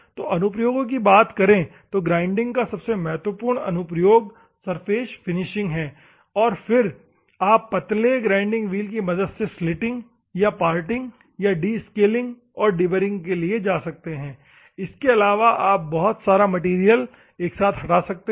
तो अनुप्रयोगो की बात करे तो ग्राइंडिंग का सबसे महत्वपूर्ण अनुप्रयोग सरफेस फिनिशिंग है और फिर आप पतले ग्राइंडिंग व्हील की मदद से स्लीटिंग और पार्टिंग और डी स्केलिंग और डीबरिंग के लिए जा सकते हैं इसके आलावा आप बहुत सारा मैटेरियल एक साथ हटा सकते हैं